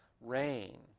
rain